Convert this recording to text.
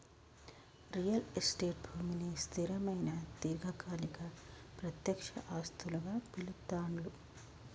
real estate భూమిని స్థిరమైన దీర్ఘకాలిక ప్రత్యక్ష ఆస్తులుగా పిలుత్తాండ్లు